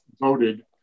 voted